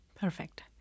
Perfect